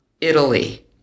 Italy